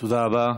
תודה רבה.